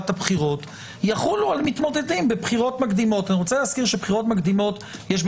עינינו יש גם הליכים של בחירות מקדימות בתוך